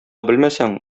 белмәсәң